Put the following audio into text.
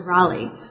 Raleigh